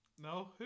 No